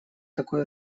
такой